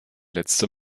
letzte